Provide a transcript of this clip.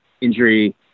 injury